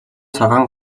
цагаан